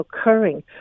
occurring